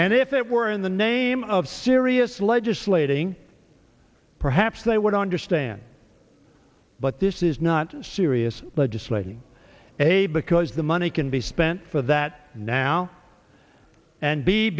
and if it were in the name of serious legislating perhaps they would understand but this is not serious legislating a because the money can be spent for that now